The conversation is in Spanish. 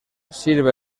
sirve